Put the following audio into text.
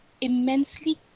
immensely